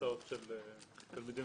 תלמידים.